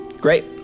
Great